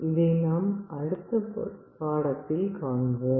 இதை நாம் அடுத்த பாடத்தில் காண்போம்